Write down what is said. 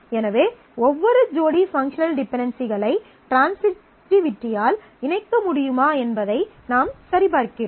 எனவே ஒவ்வொரு ஜோடி பங்க்ஷனல் டிபென்டென்சிகளை ட்ரான்சிட்டிவிட்டியால் இணைக்க முடியுமா என்பதை நாம் சரிபார்க்கிறோம்